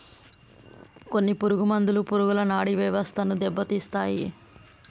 కొన్ని పురుగు మందులు పురుగుల నాడీ వ్యవస్థను దెబ్బతీస్తాయి